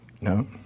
no